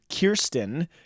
Kirsten